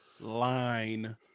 line